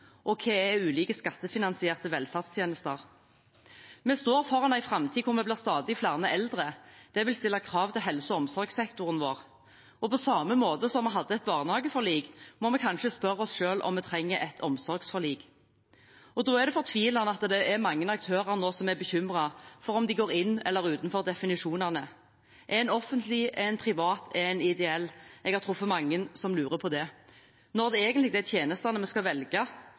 og hva som er ulike skattefinansierte velferdstjenester. Vi står foran en framtid hvor vi blir stadig flere eldre. Det vil stille krav til helse- og omsorgssektoren vår, og på samme måte som vi hadde et barnehageforlik, må vi kanskje spørre oss selv om vi trenger et omsorgsforlik. Da er det fortvilende at det er mange aktører nå som er bekymret for om de går innenfor eller utenfor definisjonene. Er en offentlig, er en privat, er en ideell? Jeg har truffet mange som lurer på det. Nå er det jo egentlig tjenestene vi skal velge,